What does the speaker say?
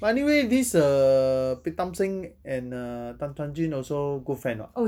but anyway this err pritam singh and err tan juan jin also good friend [what]